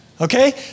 Okay